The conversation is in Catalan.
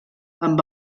amb